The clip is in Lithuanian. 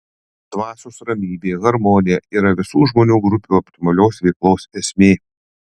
dvasios ramybė harmonija yra visų žmonių grupių optimalios veiklos esmė